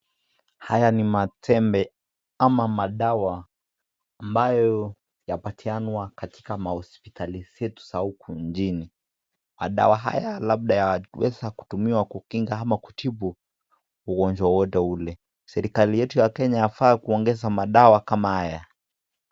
Haya ni matembe, ama madawa ambayo yapatianwa katika mahospitali zetu za huku nchini, madawa haya labada yaweza kutumiwa katika kukinga ama kutibu ugonjwa wowote ule, serikali yetu ya Kenya yafaa kuongeza madawa kama haya.